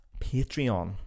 Patreon